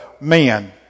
men